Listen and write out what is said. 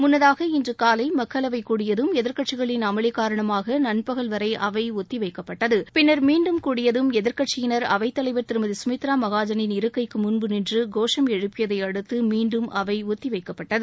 முள்ளதாக இன்று காலை மக்களவைக் கூடியதும் எதிர்க்கட்சிகளின் அமளி காரணமாக நண்பகல் வரை அவை ஒத்தி வைக்கப்பட்டது பின்னர் மீன்டும் கூடியதும் எதிர்க்கட்சியினர் அவைத் தலைவர் திருமதி சுமித்ரா மகாஜனின் இருக்கைக்கு முன்பு நின்று கோஷம் எழுப்பியதை அடுத்து மீண்டும் அவை ஒத்தி வைக்கப்பட்டது